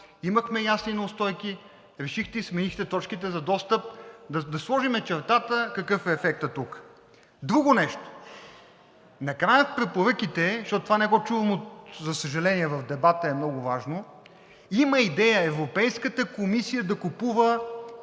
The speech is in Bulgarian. имахме ясни неустойки, решихте и сменихте точките за достъп – да сложим чертата какъв е ефектът тук. Друго нещо, накрая в препоръките, защото това не го чувам, за съжаление, а в дебата е много важно, има идея Европейската комисия да купува